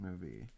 movie